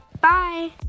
bye